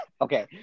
okay